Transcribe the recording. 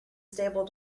stable